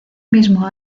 mismo